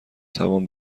توان